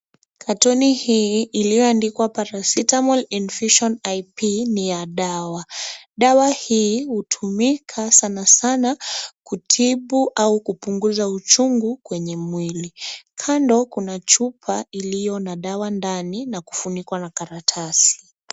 Katoni hii iliyoandikwa Paracetamol Infusion IP ni ya dawa. Dawa hii hutumika sanasana kutibu au kupunguza uchungu kwenye mwili. Kando kuna chupa iliyo na dawa ndani na kufunikwa na karatasi.